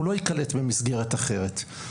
הוא לא ייקלט במסגרת אחרת.